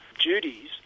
duties